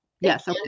Yes